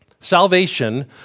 Salvation